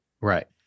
Right